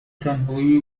تنهایی